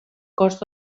cost